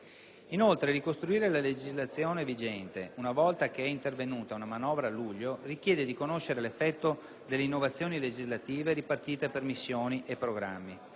il bilancio la legislazione vigente una volta che è intervenuta una manovra a luglio richiede di conoscere l'effetto delle innovazioni legislative ripartite per missioni e programmi.